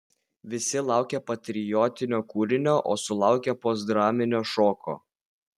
visi laukė patriotinio kūrinio o sulaukė postdraminio šoko